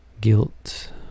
Guilt